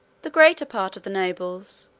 the greater part of the nobles,